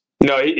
No